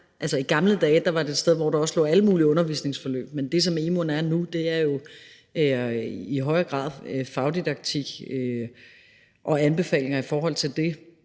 I gamle dage var det et sted, hvor der også lå alle mulige undervisningsforløb, men det, som emu.dk er nu, er jo i højere grad fagdidaktik og anbefalinger i forhold til det.